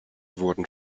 wurden